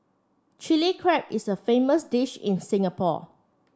Chilli Crab is a famous dish in Singapore